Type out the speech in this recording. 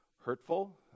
hurtful